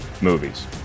movies